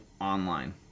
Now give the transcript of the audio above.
online